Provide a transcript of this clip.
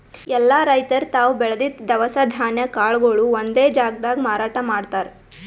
ಎಲ್ಲಾ ರೈತರ್ ತಾವ್ ಬೆಳದಿದ್ದ್ ದವಸ ಧಾನ್ಯ ಕಾಳ್ಗೊಳು ಒಂದೇ ಜಾಗ್ದಾಗ್ ಮಾರಾಟ್ ಮಾಡ್ತಾರ್